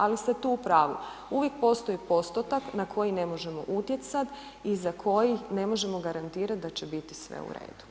Ali ste tu u pravu, uvijek postoji postotak na koji ne možemo utjecat i za koji ne možemo garantirati da će biti sve u redu.